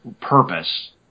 purpose